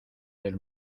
del